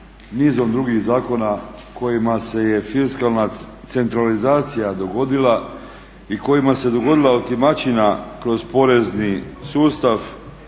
nizom drugih zakona kojima se je fiskalna centralizacija dogodila i kojima se dogodila otimačina kroz porezni sustav,